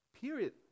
period